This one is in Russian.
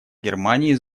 германии